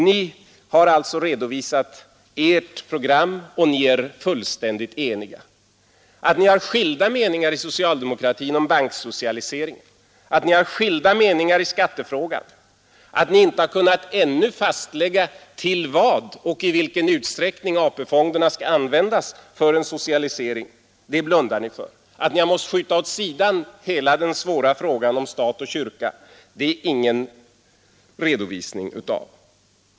Ni har alltså redovisat ert program och ni är fullständigt eniga. Att ni har skilda meningar inom socialdemokratin om banksocialisering, att ni har skilda meningar i skattefrågan, att ni ännu inte kunnat fastlägga till vad och i vilken utsträckning AP-fonderna skall användas för en socialisering, det blundar ni för. Att ni har måst skjuta åt sidan hela den svåra frågan om stat och kyrka ger ni ingen redovisning av.